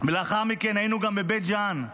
ולאחר מכן היינו גם בבית ג'ן.